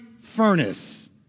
furnace